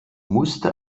musste